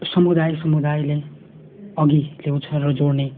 समुदाय समुदायले अघि ल्याउँछ र जोड्ने